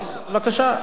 בבקשה,